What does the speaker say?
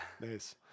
Nice